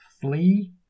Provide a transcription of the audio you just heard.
flee